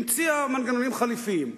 המציאה מנגנונים חליפיים.